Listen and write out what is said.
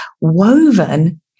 woven